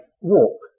walk